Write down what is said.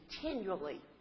continually